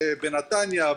בנתניה,